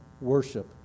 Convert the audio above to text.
worship